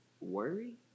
worry